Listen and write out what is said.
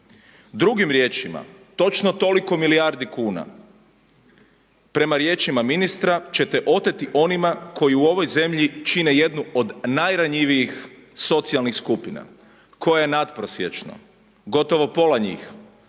Drugim riječima, točno toliko milijardi kuna prema riječima ministra ćete oteti onima koji u ovoj zemlji čine jednu od najranjivijih socijalnih skupina koje je natprosječno gotovo pola njih